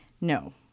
No